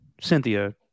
Cynthia